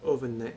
overnight